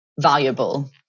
valuable